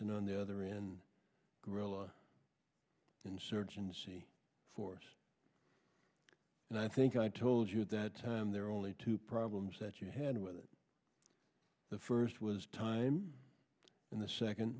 and on the other in growing insurgency force and i think i told you that time there are only two problems that you had with it the first was time and the second